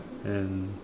and